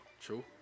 True